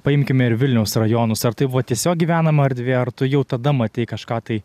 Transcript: paimkime ir vilniaus rajonus ar tai buvo tiesiog gyvenama erdvė ar tu jau tada matei kažką tai